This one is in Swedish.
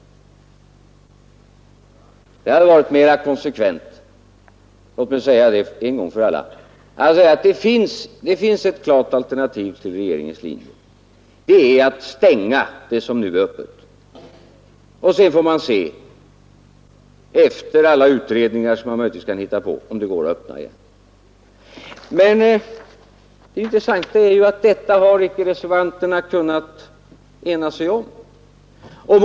Det hade varit mera konsekvent, låt mig säga det en gång för alla — att framhålla att det finns ett klart alternativ till regeringens linje, nämligen att upphöra med det öppethållande som nu förekommer och att avvakta huruvida det efter alla utredningar som man möjligtvis kan tänka sig, är möjligt att återtaga detta öppethållande. Men det intressanta är ju att reservanterna inte har kunnat ena sig om detta.